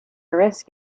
risk